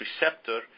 receptor